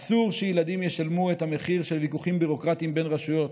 אסור שילדים ישלמו את המחיר של ויכוחים ביורוקרטיים בין רשויות.